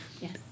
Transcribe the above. Yes